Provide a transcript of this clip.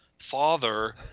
Father